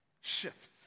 shifts